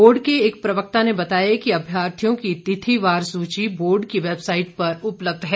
board के एक प्रवक्ता ने बताया कि अभ्यार्थियों की तिथिवार सूची बोर्ड की वैबसाईट पर उपलब्ध है